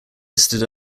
listed